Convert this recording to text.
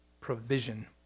provision